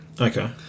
Okay